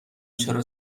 چرا